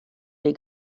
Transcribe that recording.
les